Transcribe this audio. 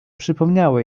przypomniały